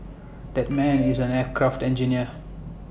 that man is an aircraft engineer